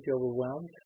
overwhelmed